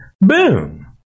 Boom